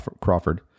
Crawford